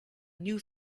new